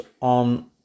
on